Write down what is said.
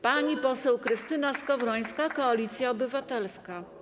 Pani poseł Krystyna Skowrońska, Koalicja Obywatelska.